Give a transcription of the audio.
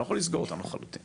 אתה לא יכול לסגור אותם לחלוטין.